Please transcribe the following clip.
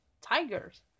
Tigers